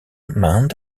maand